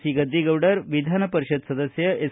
C Gaddigoudar ವಿಧಾನಪರಿಷತ್ ಸದಸ್ಯ S